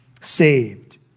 saved